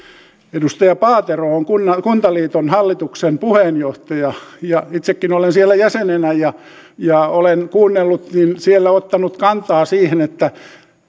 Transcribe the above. edustaja paatero on kuntaliiton hallituksen puheenjohtaja ja itsekin olen siellä jäsenenä ja ja olen kuunnellut ja siellä ottanut kantaa siihen että